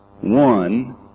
one